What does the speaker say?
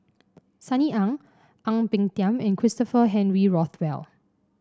Sunny Ang Ang Peng Tiam and Christopher Henry Rothwell